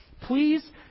Please